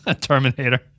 Terminator